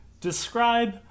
describe